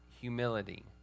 humility